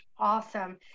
Awesome